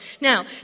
Now